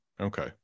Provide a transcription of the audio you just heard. okay